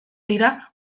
dira